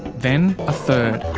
then a third.